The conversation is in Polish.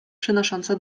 przynosząca